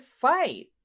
fight